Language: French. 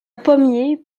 pommier